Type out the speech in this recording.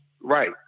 right